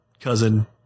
cousin